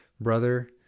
brother